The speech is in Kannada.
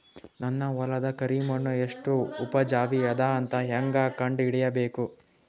ನನ್ನ ಹೊಲದ ಕರಿ ಮಣ್ಣು ಎಷ್ಟು ಉಪಜಾವಿ ಅದ ಅಂತ ಹೇಂಗ ಕಂಡ ಹಿಡಿಬೇಕು?